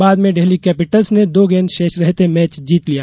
बाद में डेल्ही कैपिटल्स ने दो गेंद शेष रहते मैच जीत लिया